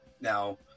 now